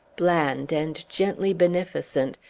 bland, and gently beneficent,